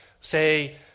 Say